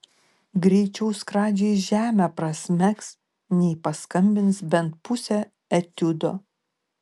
greičiau skradžiai žemę prasmegs nei paskambins bent pusę etiudo